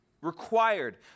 required